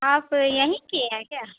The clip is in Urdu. آپ یہیں کی ہیں کیا